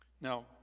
Now